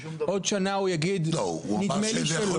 אז עוד שנה הוא יגיד נדמה לי שלא.